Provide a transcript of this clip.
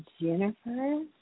Jennifer